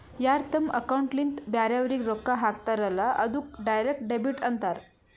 ಯಾರ್ ತಮ್ ಅಕೌಂಟ್ಲಿಂತ್ ಬ್ಯಾರೆವ್ರಿಗ್ ರೊಕ್ಕಾ ಹಾಕ್ತಾರಲ್ಲ ಅದ್ದುಕ್ ಡೈರೆಕ್ಟ್ ಡೆಬಿಟ್ ಅಂತಾರ್